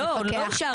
אבל לא אישרתם את זה.